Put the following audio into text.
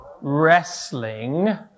Wrestling